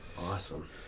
Awesome